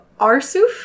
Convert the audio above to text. Arsuf